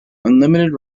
unlimited